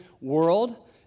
world